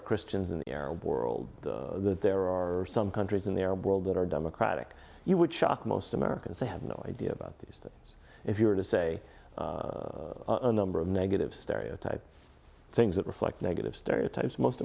are christians in the arab world that there are some countries in the arab world that are democratic you would shock most americans they have no idea about these things if you were to say a number of negative stereotypes things that reflect negative stereotypes most